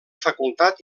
facultat